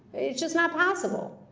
it's just not possible.